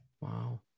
Wow